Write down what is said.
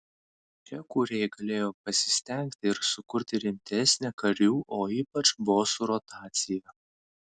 čia kūrėjai galėjo pasistengti ir sukurti rimtesnę karių o ypač bosų rotaciją